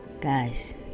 Guys